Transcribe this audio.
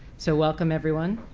so welcome, everyone.